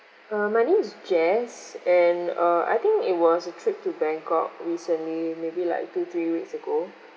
uh my name is jess and err I think it was a trip to bangkok recently maybe like two three weeks ago